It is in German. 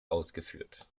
ausgeführt